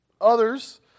Others